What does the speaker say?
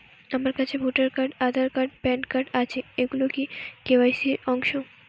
আমার কাছে voter card Aadhaar card PAN card আছে এগুলো কি কে.ওয়াই.সি র অংশ?